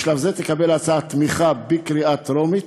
בשלב זה תקבל ההצעה תמיכה בקריאה טרומית,